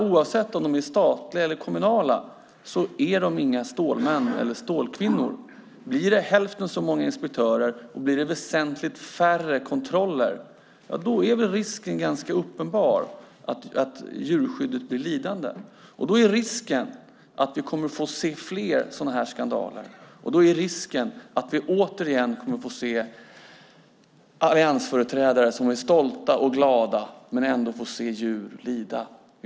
Oavsett om de är statliga eller kommunala är de inga stålmän eller stålkvinnor. Om det blir hälften så många inspektörer och om det blir väsentligt färre kontroller är väl risken ganska uppenbar att djurskyddet blir lidande. Då finns risken att vi får se fler sådana här skandaler och då finns risken att vi återigen får se alliansföreträdare som är stolta och glada men att vi ändå får se djur lida.